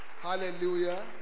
Hallelujah